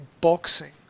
boxing